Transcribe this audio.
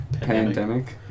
pandemic